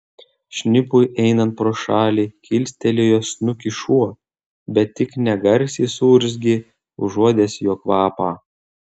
šnipui einant pro šalį kilstelėjo snukį šuo bet tik negarsiai suurzgė užuodęs jo kvapą